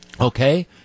okay